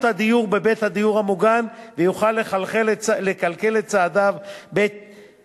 הדיור בבית הדיור המוגן ויוכל לכלכל את צעדיו בהתאם,